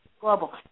Global